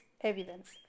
evidence